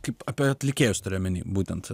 kaip apie atlikėjus turiu omeny būtent